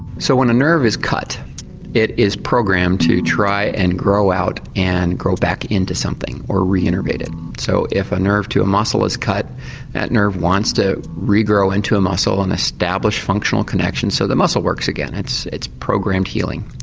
so when a nerve is cut it is programmed to try and grow out and grow back into something or re-innovate it. so if a nerve to a muscle is cut that nerve wants to regrow into a muscle and establish functional connection so the muscle works again it's it's programmed healing.